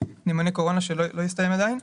ונאמני קורונה שלא הסתיים עדיין.